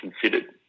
considered